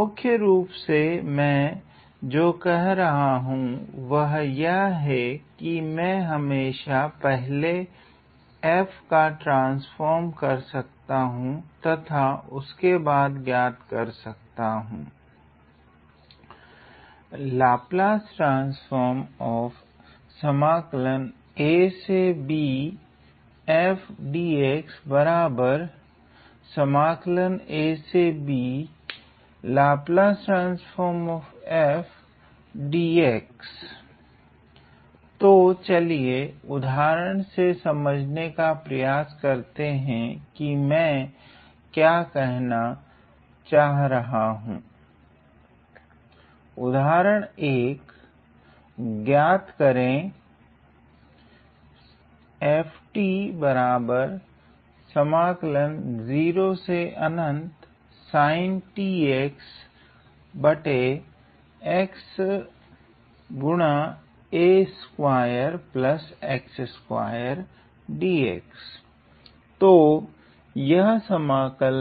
मुख्यरूप से मैं जो कह रहा हूँ वह यह हैं कि मैं हमेशा पहले f का ट्रान्स्फ़ोर्म कर सकता हूँ तथा उसके बाद ज्ञात कर सकता हूँ तो चलिये उदाहरण से समझने का प्रयास करते हैं कि मैं क्या कहना छह रहा हूँ उदाहरण 1 ज्ञात करे तो यह समाकल